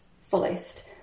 fullest